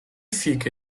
fica